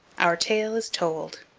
our tale is told.